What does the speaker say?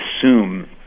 assume